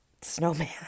snowman